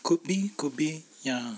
could be could be ya